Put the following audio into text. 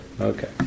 Okay